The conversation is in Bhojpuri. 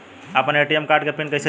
आपन ए.टी.एम कार्ड के पिन कईसे जानी?